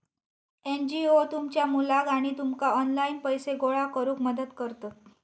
NGO तुमच्या मुलाक आणि तुमका ऑनलाइन पैसे गोळा करूक मदत करतत